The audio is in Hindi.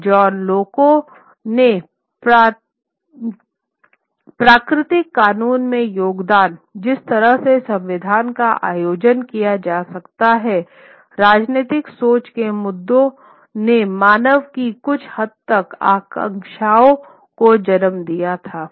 और जॉन लोके के प्राकृतिक कानून में योगदान जिस तरह से संविधान का आयोजन किया जा सकता था राजनीतिक सोच के मुद्दों ने मानव की कुछ हद तक आकांक्षाओं को जन्म दिया था